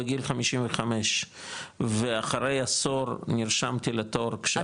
בגיל 55 ואחרי עשור נרשמתי לתור כשהפכתי לקשיש?